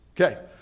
Okay